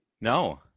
No